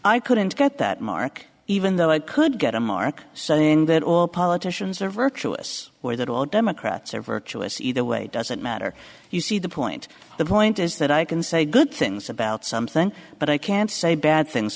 i couldn't get that mark even though i could get a mark so that all politicians are virtuous or that all democrats are virtuous either way doesn't matter you see the point the point is that i can say good things about something but i can't say bad things